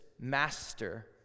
master